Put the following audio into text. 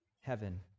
heaven